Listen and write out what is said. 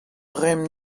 reomp